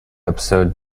episode